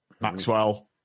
Maxwell